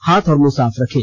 हाथ और मुंह साफ रखें